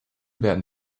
werden